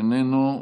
איננו.